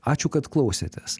ačiū kad klausėtės